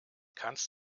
kannst